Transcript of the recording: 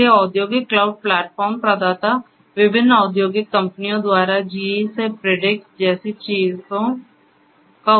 इसलिए औद्योगिक cloud platform प्रदाता विभिन्न औद्योगिक कंपनियों द्वारा जीई से प्रिडिक्स जैसी चीजों का उपयोग करते हैं